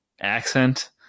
accent